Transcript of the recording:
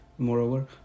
Moreover